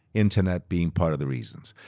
internet being part of the reasons.